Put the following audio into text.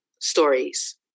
stories